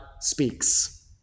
speaks